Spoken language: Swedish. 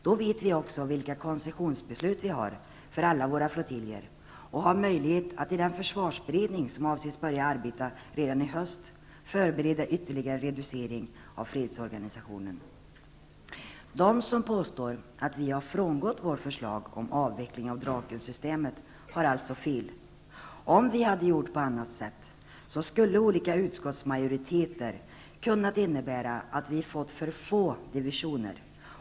Då vet vi också vilka koncessionsbeslut vi har för alla våra flottiljer och har möjlighet att i den försvarsberedning som avses börja arbeta redan i höst förbereda ytterligare reducering av fredsorganisationen. De som påstår att vi har frångått vårt förslag om avveckling av Drakensystemet har alltså fel. Om vi hade gjort på annat sätt, skulle olika utskottsmajoriteter ha kunnat innebära att vi fått för få divisioner.